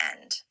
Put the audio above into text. end